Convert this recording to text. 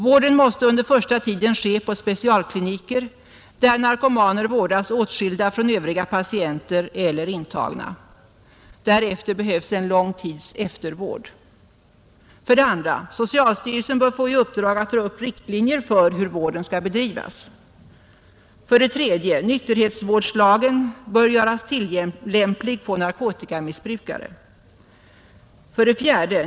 Vården måste under den första tiden ske på specialkliniker, där narkomaner vårdas åtskilda från övriga patienter eller intagna. Därefter behövs en lång tids eftervård. 2. Socialstyrelsen får i uppdrag att dra upp riktlinjer för hur vården skall bedrivas. 4.